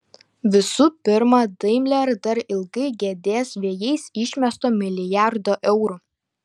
visų pirma daimler dar ilgai gedės vėjais išmesto milijardo eurų